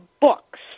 books